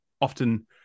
often